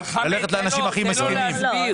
ללכת לאנשים הכי מסכנים,